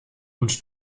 und